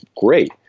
great